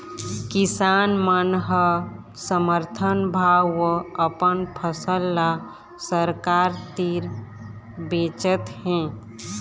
किसान मन ह समरथन भाव म अपन फसल ल सरकार तीर बेचत हे